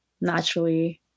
naturally